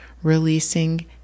releasing